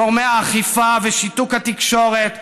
גורמי האכיפה ושיתוק התקשורת,